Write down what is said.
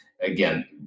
Again